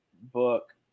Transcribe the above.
book